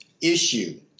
issue